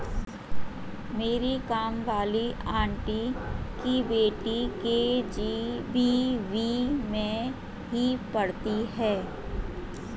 मेरी काम वाली आंटी की बेटी के.जी.बी.वी में ही पढ़ती है